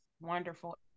wonderful